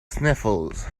sniffles